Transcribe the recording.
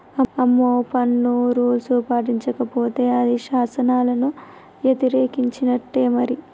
అమ్మో పన్ను రూల్స్ పాటించకపోతే అది శాసనాలను యతిరేకించినట్టే మరి